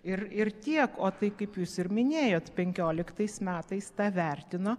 ir ir tiek o tai kaip jūs ir minėjot penkioliktais metais tą vertino